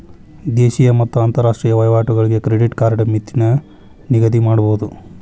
ದೇಶೇಯ ಮತ್ತ ಅಂತರಾಷ್ಟ್ರೇಯ ವಹಿವಾಟುಗಳಿಗೆ ಕ್ರೆಡಿಟ್ ಕಾರ್ಡ್ ಮಿತಿನ ನಿಗದಿಮಾಡಬೋದು